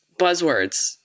buzzwords